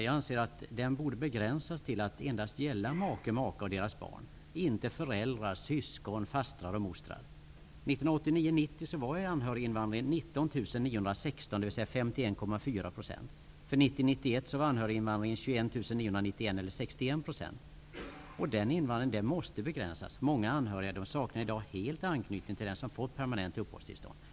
Jag anser att den borde begränsas till att endast gälla make eller maka och barn, inte föräldrar, syskon, fastrar och mostrar. omfattade den 21 991 personer, eller 61 %. Den invandringen måste begränsas. Många anhöriga saknar i dag helt anknytning till den som har fått permanent uppehållstillstånd.